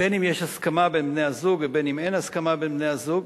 בין שיש הסכמה בין בני-הזוג ובין שאין הסכמה בין בני-הזוג,